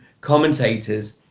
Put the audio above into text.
commentators